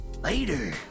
later